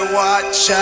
watch